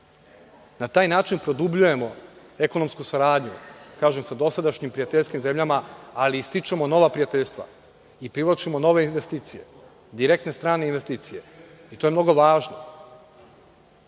Na taj način produbljujemo ekonomsku saradnju sa dosadašnjim prijateljskim zemljama, ali stičemo i nova prijateljstva i privlačimo nove investicije, direktne strane investicije. To je mnogo važno. Uprkos